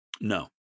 No